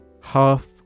half